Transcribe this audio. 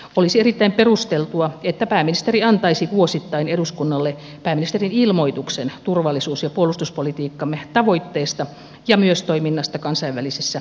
olisi erittäin perusteltua että pääministeri antaisi vuosittain eduskunnalle pääministerin ilmoituksen turvallisuus ja puolustuspolitiikkamme tavoitteista ja myös toiminnasta kansainvälisissä järjestöissä